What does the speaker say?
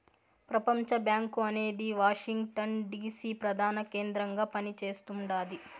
ప్రపంచబ్యాంకు అనేది Washington DC ప్రదాన కేంద్రంగా పని చేస్తుండాది